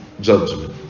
judgment